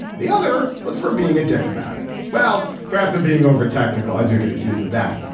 the other was for being a dick about it. well, perhaps i'm being over tactical. i do get accused of that.